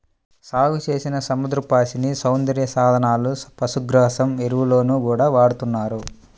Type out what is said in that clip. సాగుచేసిన సముద్రపు పాచిని సౌందర్య సాధనాలు, పశుగ్రాసం, ఎరువుల్లో గూడా వాడతన్నారు